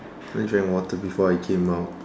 I drank water before I came out